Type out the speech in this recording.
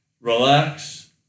relax